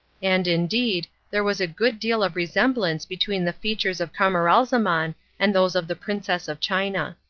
and, indeed, there was a good deal of resemblance between the features of camaralzaman and those of the princess of china.